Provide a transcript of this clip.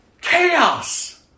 Chaos